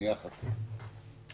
שגם בית המשפט העליון,